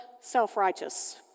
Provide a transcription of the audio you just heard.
self-righteous